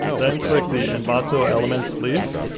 then click the envato elements leaf.